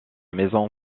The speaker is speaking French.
maison